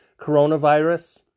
coronavirus